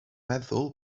meddwl